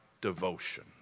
devotion